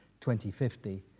2050